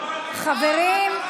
חברים,